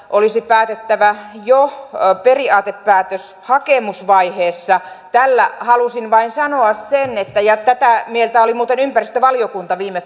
olisi päätettävä jo periaatepäätöshakemusvaiheessa tällä halusin vain sanoa sen ja tätä mieltä oli muuten ympäristövaliokunta viime